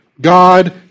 God